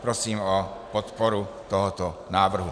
Prosím o podporu tohoto návrhu.